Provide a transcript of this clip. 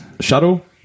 shuttle